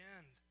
end